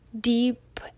deep